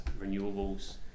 renewables